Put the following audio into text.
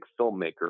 filmmaker